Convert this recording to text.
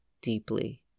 deeply